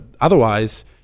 otherwise